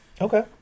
Okay